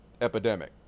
epidemic